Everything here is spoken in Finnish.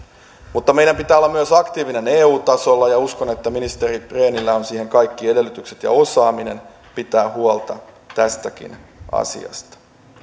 mutta meidän pitää olla myös aktiivinen eu tasolla ja uskon että ministeri rehnillä on kaikki edellytykset ja osaaminen pitää huolta tästäkin asiasta